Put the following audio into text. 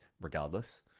regardless